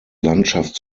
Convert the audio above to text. landschaft